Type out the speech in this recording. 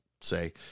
say